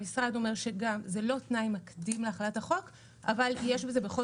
המשרד אומר שזה לא תנאי מקדים להחלת החוק אבל יש לזה בכל